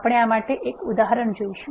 આપણે આ માટે એક ઉદાહરણ જોશું